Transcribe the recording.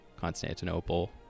Constantinople